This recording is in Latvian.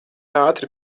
ātri